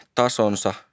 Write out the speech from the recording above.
tasonsa